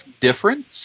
difference